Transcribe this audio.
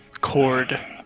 cord